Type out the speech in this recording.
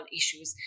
issues